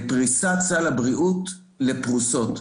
בפריסת סל הבריאות לפרוסות.